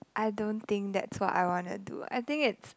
I don't think that's what I wanna do I think it's